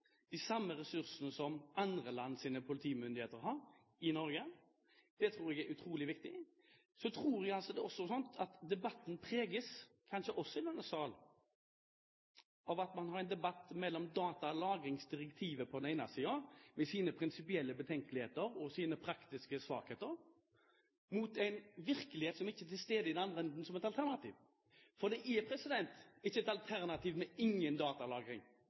de kriminelle har, og ha de samme ressursene i Norge som andre lands politimyndigheter har. Det tror jeg er utrolig viktig. Så tror jeg det også er slik at debatten preges av, kanskje også i denne salen, at man har en debatt om på den ene siden datalagringsdirektivet med sine prinsipielle betenkeligheter og sine praktiske svakheter og en virkelighet som ikke er til stede i den andre enden som et alternativ. Ingen datalagring er ikke et alternativ. Derfor blir for eller mot datalagring